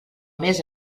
més